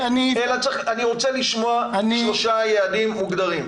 אלא אני רוצה לשמוע שלושה יעדים מוגדרים.